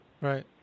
right